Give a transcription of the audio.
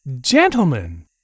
Gentlemen